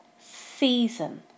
season